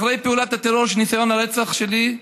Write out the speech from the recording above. אחרי פעולת הטרור של ניסיון הרצח שלי,